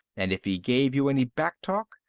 and if he gave you any back talk,